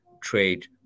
trade